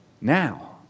now